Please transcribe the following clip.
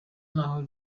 naho